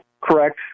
correct